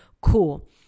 Cool